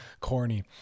corny